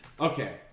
Okay